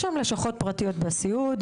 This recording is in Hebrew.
יש היום לשכות פרטיות בסיעוד,